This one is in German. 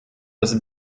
das